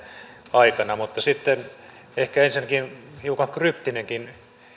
aikana mutta sitten ehkä ensinnäkin hiukan kryptinenkin